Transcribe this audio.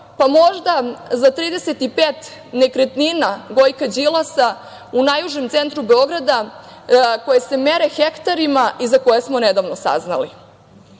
pa možda za 35 nekretnina Gojka Đilasa u najužem centru Beograda koje se mere hektarima i za koje smo nedavno saznali. Sve